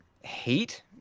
hate